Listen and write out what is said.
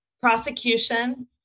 prosecution